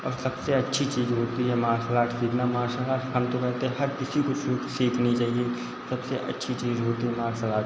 और सबसे अच्छी चीज़ होती है मार्सल आर्ट सीखना मार्सल आर्ट हम तो कहते हैं हर किसी को सीख सीखनी चाहिए सबसे अच्छी चीज़ होती है मार्सल आर्ट